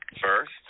first